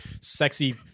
sexy